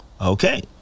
Okay